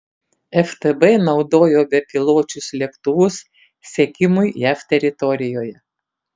ftb naudojo bepiločius lėktuvus sekimui jav teritorijoje